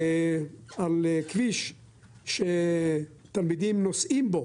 על כביש שתלמידים נוסעים בו